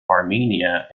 armenia